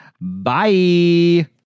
bye